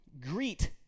Greet